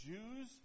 Jews